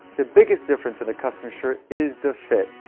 the biggest difference in a custom shirt is the fit.